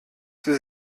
sie